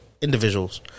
individuals